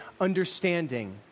understanding